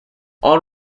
all